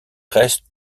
reste